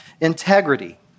integrity